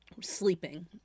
sleeping